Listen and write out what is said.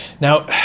Now